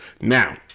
Now